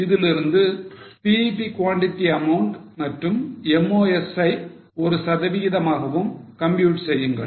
இதிலிருந்து BEP quantity amount மற்றும் MOS ஐ ஒரு சதவிகிதமாகவும் compute செய்யுங்கள்